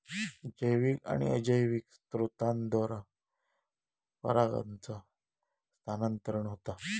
जैविक आणि अजैविक स्त्रोतांद्वारा परागांचा स्थानांतरण होता